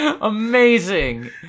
amazing